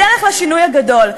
בדרך לשינוי הגדול.